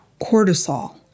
Cortisol